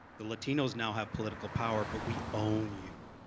the latinos now have political power, but we own you.